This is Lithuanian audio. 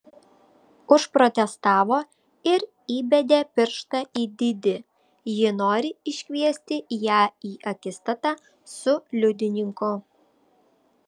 užprotestavo ir įbedė pirštą į didi ji nori išsikviesti ją į akistatą su liudininku